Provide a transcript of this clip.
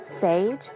sage